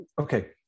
Okay